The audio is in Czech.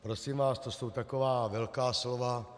Prosím vás, to jsou taková velká slova.